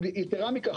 יתרה מכך,